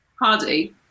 hardy